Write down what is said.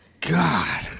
God